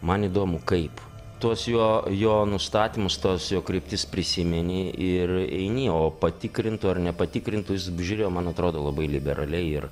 man įdomu kaip tuos jo jo nustatymus tas jo kryptis prisimeni ir eini o patikrintų ar nepatikrintų jis žiūrėjo man atrodo labai liberaliai ir